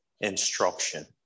instruction